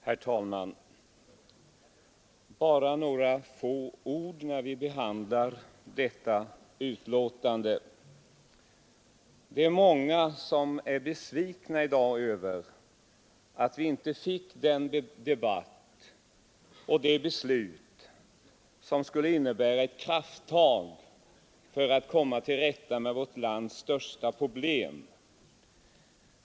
Herr talman! Bara några få ord, när vi behandlar detta betänkande. Det är många som är besvikna i dag över att vi inte får den debatt och det beslut som skulle innebära ett krafttag för att komma till rätta med vårt lands största problem.